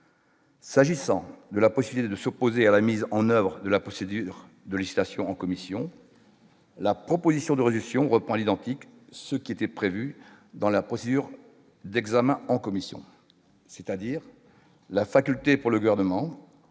S'agissant de la Poste et de s'opposer à la mise en oeuvre de la procédure de législation en commission, la proposition de réduction reprend à l'identique, ce qui était prévu dans la procédure d'examen en commission, c'est-à-dire la faculté pour le gouvernement,